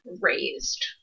raised